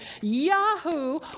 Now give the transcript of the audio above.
Yahoo